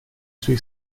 suoi